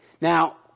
Now